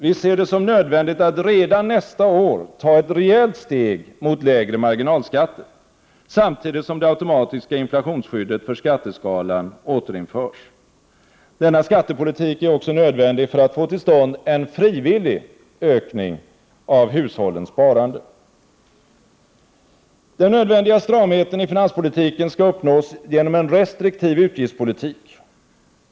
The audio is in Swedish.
Vi ser det som nödvändigt att redan nästa år ta ett rejält steg mot lägre marginalskatter, samtidigt som det automatiska inflationsskyddet för skatteskalan återinförs. Denna skattepolitik är också nödvändig för att få till stånd en frivillig ökning av hushållens sparande. Den nödvändiga stramheten i finanspolitiken skall uppnås genom en restriktiv utgiftspolitik.